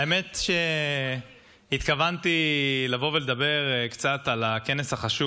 האמת שהתכוונתי לבוא ולדבר קצת על הכנס החשוב